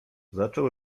zaczął